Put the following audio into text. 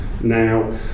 now